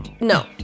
No